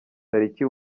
tariki